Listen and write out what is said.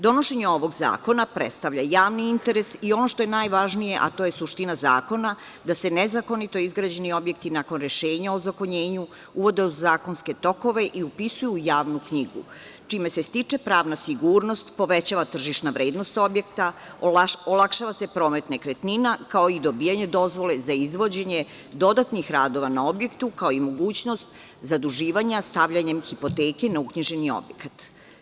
Donošenje ovog zakona predstavlja javni interes i ono što je najvažnije, a to je suština zakona, da se nezakonito izgrađeni objekti nakon rešenja o ozakonjenju uvode u zakonske tokove i upisuju u javnu knjigu, čime se stiče pravna sigurnost, povećava tržišna vrednost objekta, olakšava se promet nekretnina, kao i dobijanje dozvole za izvođenje dodatnih radova na objektu, kao i mogućnost zaduživanja stavljanjem hipoteke na uknjiženi objekat.